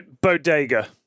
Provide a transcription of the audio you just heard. bodega